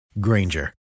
Granger